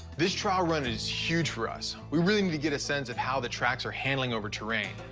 this trial run is huge for us. we really need to get a sense of how the tracks are handling over terrain.